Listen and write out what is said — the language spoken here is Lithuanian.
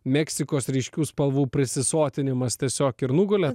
meksikos ryškių spalvų prisisotinimas tiesiog ir nugulė